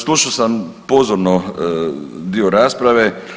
Slušao sam pozorno dio rasprave.